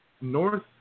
North